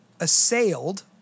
Assailed